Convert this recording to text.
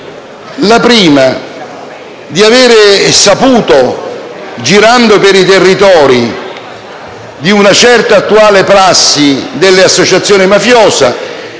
è quella di aver saputo, girando per i territori, di una certa attuale prassi dell'associazione mafiosa.